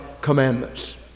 commandments